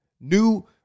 new